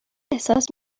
احساس